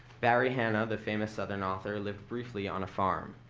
barry hannah, the famous southern author, lived briefly on a farm.